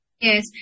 Yes